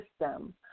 system